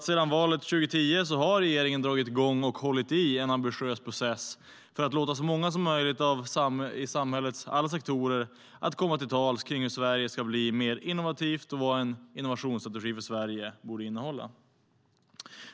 Sedan valet 2010 har regeringen dragit i gång och hållit i en ambitiös process för att låta så många som möjligt i samhällets alla sektorer få komma till tals kring hur Sverige ska bli mer innovativt och vad en innovationsstrategi för Sverige borde innehålla.